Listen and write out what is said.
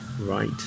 Right